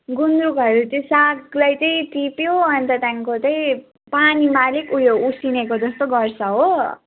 गुन्द्रुकहरू चाहिँ सागलाई चाहिँ टिप्यो अन्त त्यहाँदेखिको चाहिँ पानीमा अलिक उयो उसिनेको जस्तो गर्छ हो